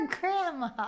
grandma